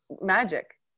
magic